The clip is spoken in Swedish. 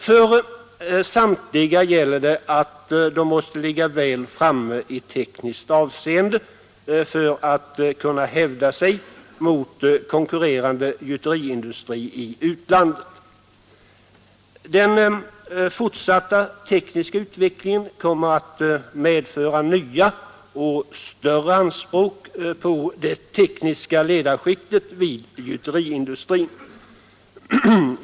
För samtliga gäller att de måste ligga väl framme i tekniskt avseende för att kunna hävda sig mot konkurrerande gjuteriindustri i utlandet. Den fortsatta tekniska utvecklingen kommer att medföra nya och större anspråk på det tekniska ledarskiktet vid gjuteriindustrin.